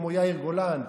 כמו יאיר גולן,